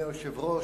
אדוני היושב-ראש,